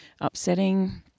upsetting